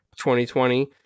2020